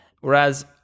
Whereas